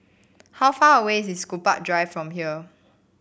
how far away is Gombak Drive from here